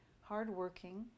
hardworking